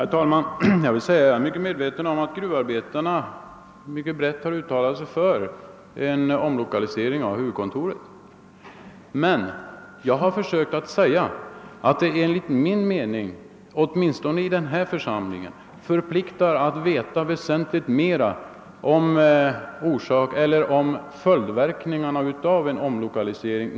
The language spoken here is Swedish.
Herr talman! Jag är väl medveten om att gruvarbetarna mycket brett har uttalat sig för en omlokalisering av LKAB:s huvudkontor. Men jag har försökt säga att enligt min uppfattning är vi i denna församling, där vi har att fatta beslut, förpliktade att veta väsentligt mer om följdverkningarna av en omlokalisering.